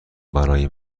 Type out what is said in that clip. برای